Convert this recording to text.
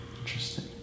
Interesting